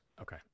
okay